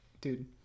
dude